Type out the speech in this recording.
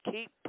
Keep